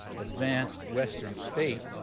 advanced western state,